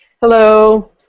Hello